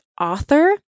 author